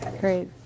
Great